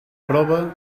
prova